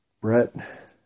Brett